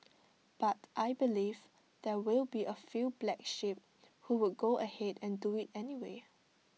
but I believe there will be A few black sheep who would go ahead and do IT anyway